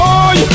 Boy